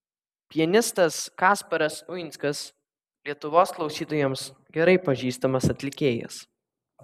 pianistas kasparas uinskas lietuvos klausytojams gerai pažįstamas atlikėjas